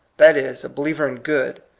that is, a believer in good,